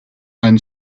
and